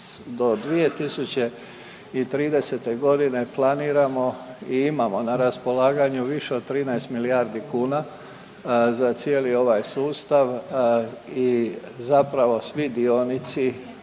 Do 2030. godine planiramo i imamo na raspolaganju više od 13 milijardi kuna za cijeli ovaj sustav i zapravo svi dionici